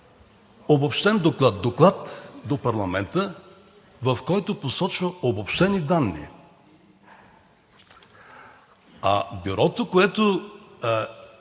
обобщен доклад до парламента, в който посочва обобщени данни, а Бюрото, което